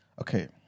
Okay